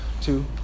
two